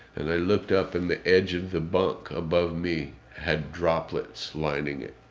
and i looked up and the edge of the bunk above me had droplets lining it.